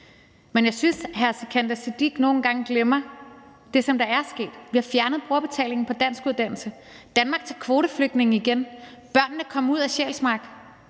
Men jeg synes, hr. Sikandar Siddique nogle gange glemmer det, som er sket, nemlig at vi har fjernet brugerbetalingen for danskuddannelse, at Danmark tager kvoteflygtninge igen, at børnene kom ud af Sjælsmark.